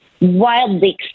wildly